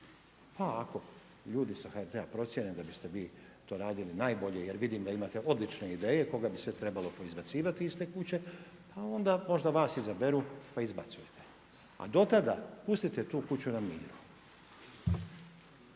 pa ako ljudi sa HRT-a procijene da biste vi to radili najbolje jer vidim da imate odlične ideje koga bi sve trebalo poizbacivati iz te kuće, pa onda možda vas izaberu, pa izbacujte. A do tada pustite tu kuću na miru.